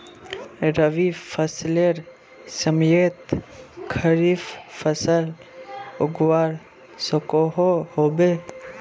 रवि फसलेर समयेत खरीफ फसल उगवार सकोहो होबे?